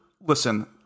listen